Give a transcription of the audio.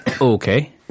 Okay